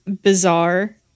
bizarre